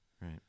Right